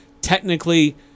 technically